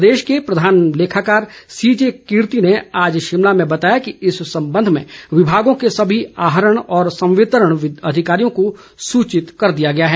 प्रदेश के प्रधान लेखाकार सीजे कीर्ति ने आज शिमला में बताया कि इस संबंध में विभागों के सभी आहरण व संवितरण अधिकारियों को सूचित कर दिया गया है